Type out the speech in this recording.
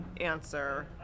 answer